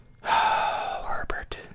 Herbert